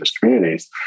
communities